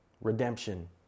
redemption